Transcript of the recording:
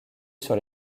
sur